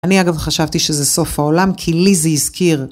אני אגב חשבתי שזה סוף העולם, כי לי זה הזכיר.